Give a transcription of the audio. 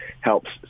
helps